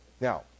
now